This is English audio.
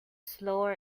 slower